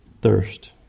thirst